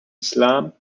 islam